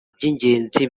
by’ingenzi